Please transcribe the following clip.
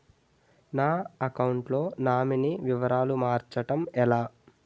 నా అకౌంట్ లో నామినీ వివరాలు మార్చటం ఎలా?